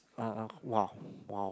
!wow! oh !wow! !wow!